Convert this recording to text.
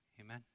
Amen